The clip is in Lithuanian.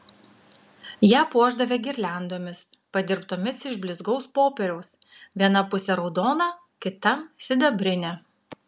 ją puošdavę girliandomis padirbtomis iš blizgaus popieriaus viena pusė raudona kita sidabrinė